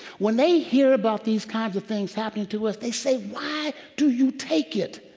when they hear about these kinds of things happening to us, they say, why do you take it?